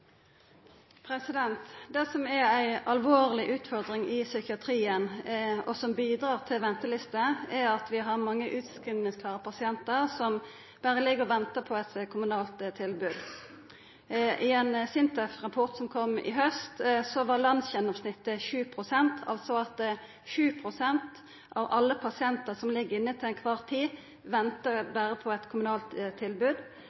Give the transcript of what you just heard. ei alvorleg utfordring i psykiatrien, og som bidreg til ventelister, er at vi har mange utskrivingsklare pasientar som berre ligg og ventar på eit kommunalt tilbod. I ein SINTEF-rapport som kom i haust, var landsgjennomsnittet slik at 7 pst. av alle pasientar som ligg inne til kvar tid, berre ventar på eit kommunalt tilbod.